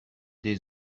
des